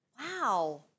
Wow